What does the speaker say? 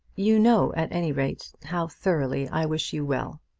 you know, at any rate, how thoroughly i wish you well.